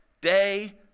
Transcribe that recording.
day